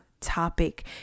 topic